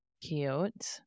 Cute